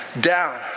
down